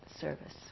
service